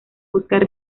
buscar